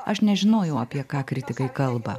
aš nežinojau apie ką kritikai kalba